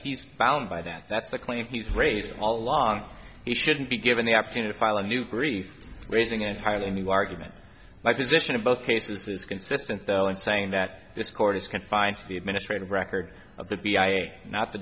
he's bound by that that's the claim he's radio all along he shouldn't be given the opportunity to file a new brief raising entirely new argument my position in both cases is consistent though in saying that this court is confined to the administrative record of the b i not the